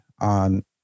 on